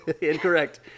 Incorrect